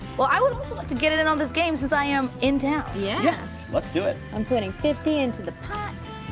well i would also like to get in on this game since i am in town. yeah. yes, let's do it. i'm putting fifty into the pot.